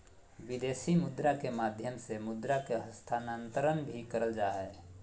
विदेशी मुद्रा के माध्यम से मुद्रा के हस्तांतरण भी करल जा हय